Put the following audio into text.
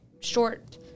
short